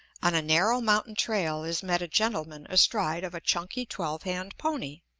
on a narrow mountain-trail is met a gentleman astride of a chunky twelve-hand pony.